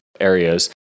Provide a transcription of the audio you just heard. areas